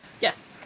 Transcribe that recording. Yes